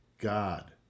God